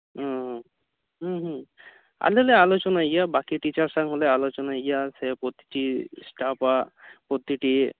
ᱚᱻ ᱦᱮᱸ ᱦᱮᱸ ᱟᱞᱮᱞᱮ ᱟᱞᱳᱪᱚᱱᱟᱭ ᱜᱮᱭᱟ ᱵᱟᱠᱤ ᱴᱤᱪᱟᱨ ᱥᱟᱶ ᱦᱚᱸᱞᱮ ᱟᱞᱳᱪᱚᱱᱟᱭ ᱜᱮᱭᱟ ᱥᱮ ᱯᱨᱚᱛᱤᱴᱤ ᱥᱴᱟᱯᱷ ᱟᱜ ᱯᱨᱚᱛᱤᱴᱤ